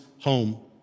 home